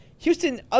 Houston